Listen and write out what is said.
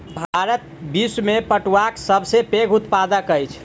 भारत विश्व में पटुआक सब सॅ पैघ उत्पादक अछि